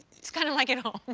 it's kind of like at home.